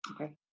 Okay